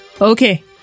Okay